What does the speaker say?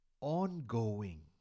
ongoing